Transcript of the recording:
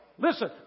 Listen